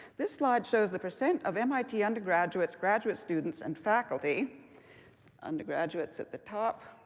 this slide shows the percent of mit undergraduates, graduate students, and faculty undergraduates at the top.